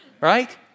right